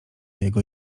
jego